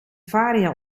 varia